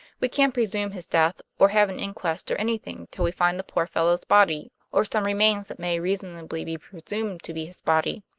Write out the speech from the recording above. we can't presume his death, or have an inquest or anything till we find the poor fellow's body, or some remains that may reasonably be presumed to be his body.